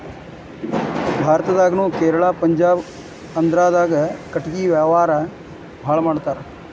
ಭಾರತದಾಗುನು ಕೇರಳಾ ಪಂಜಾಬ ಆಂದ್ರಾದಾಗ ಕಟಗಿ ವ್ಯಾವಾರಾ ಬಾಳ ಮಾಡತಾರ